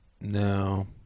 No